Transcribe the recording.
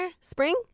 Spring